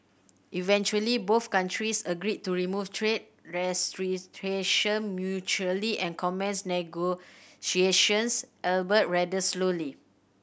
eventually both countries agreed to remove trade restrictions mutually and commence negotiations albeit rather slowly